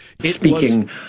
Speaking